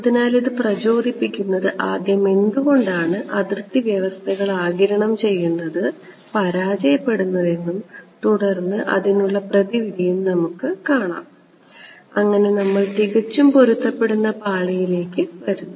അതിനാൽ ഇത് പ്രചോദിപ്പിക്കുന്നതിന് ആദ്യം എന്തുകൊണ്ടാണ് അതിർത്തി വ്യവസ്ഥകൾ ആഗിരണം ചെയ്യുന്നത് പരാജയപ്പെടുന്നതെന്നും തുടർന്ന് അതിനുള്ള പ്രതിവിധിയും നമുക്ക് കാണാം അങ്ങനെ നമ്മൾ തികച്ചും പൊരുത്തപ്പെടുന്ന പാളികളിലേക്ക് വരുന്നു